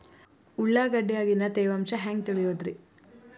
ಉಳ್ಳಾಗಡ್ಯಾಗಿನ ತೇವಾಂಶ ಹ್ಯಾಂಗ್ ತಿಳಿಯೋದ್ರೇ?